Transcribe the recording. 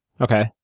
Okay